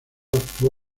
actuó